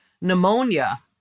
pneumonia